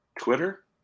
Twitter